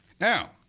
Now